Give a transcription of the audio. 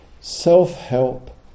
self-help